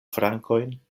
frankojn